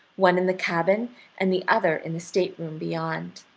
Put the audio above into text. one in the cabin and the other in the stateroom beyond.